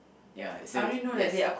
ya so yes